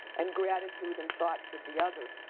and gratitude and thoughts of the other.